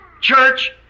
church